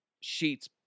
sheets